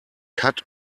cut